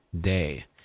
day